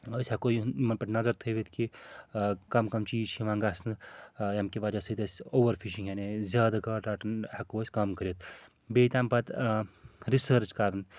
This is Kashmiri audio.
أسۍ ہیٚکو یِمَن پٮ۪ٹھ نظر تھٲوِتھ کہِ کَم کَم چیٖز چھِ یِوان گژھنہٕ ییٚمہِ کہِ وجہ سۭتۍ أسۍ اووَر فِشنٛگ یعنی زیادٕ گاڈ رَٹان ہیکو أسۍ کَم کٔرِتھ بیٚیہِ تَمہِ پَتہٕ رِسٲرٕچ کَران